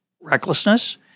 recklessness